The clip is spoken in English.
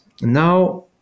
Now